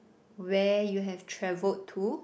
where you have traveled to